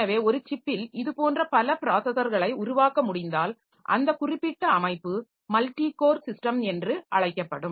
எனவே ஒரு சிப்பில் இதுபோன்ற பல பிராஸஸர்களை உருவாக்க முடிந்தால் அந்த குறிப்பிட்ட அமைப்புமல்டி கோர் சிஸ்டம் என்று அழைக்கப்படும்